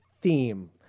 theme